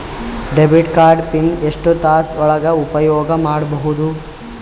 Debit card PIN ಎಷ್ಟ ತಾಸ ಒಳಗ ಉಪಯೋಗ ಮಾಡ್ಬಹುದು?